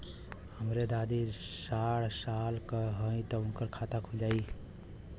हमरे दादी साढ़ साल क हइ त उनकर खाता खुल जाई?